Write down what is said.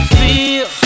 feel